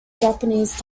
japanese